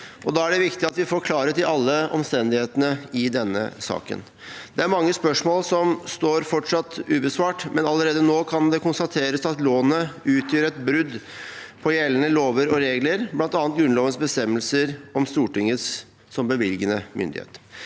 da er det viktig at vi får klarhet i alle omstendighetene i denne saken. Det er mange spørsmål som fortsatt står ubesvart, men allerede nå kan det konstateres at lånet utgjør et brudd på gjeldende lover og regler, bl.a. Grunnlovens bestemmelse om Stortinget som bevilgende myndighet.